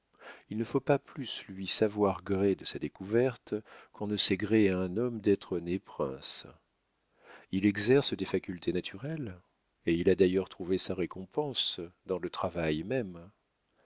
il ne faut pas plus lui savoir gré de sa découverte qu'on ne sait gré à un homme d'être né prince il exerce des facultés naturelles et il a d'ailleurs trouvé sa récompense dans le travail même